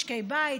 משקי בית,